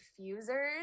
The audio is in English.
diffusers